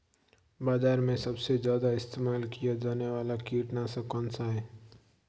बाज़ार में सबसे ज़्यादा इस्तेमाल किया जाने वाला कीटनाशक कौनसा है?